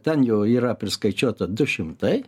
ten jo yra priskaičiuota du šimtai